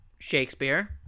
Shakespeare